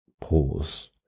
pause